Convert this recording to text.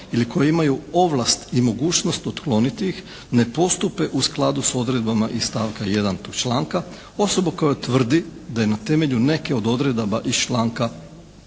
ili koje imaju ovlast i mogućnost otkloniti ih, ne postupe u skladu s odredbama iz stavka 1. tog članka, osobu koja utvrdi da je na temelju neke od odredaba iz članka